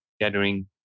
gathering